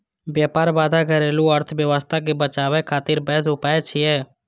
व्यापार बाधा घरेलू अर्थव्यवस्था कें बचाबै खातिर वैध उपाय छियै